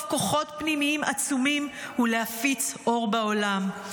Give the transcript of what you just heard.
כוחות פנימיים עצומים ולהפיץ אור בעולם.